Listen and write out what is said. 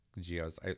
Geos